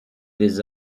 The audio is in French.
des